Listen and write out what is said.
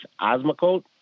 osmocote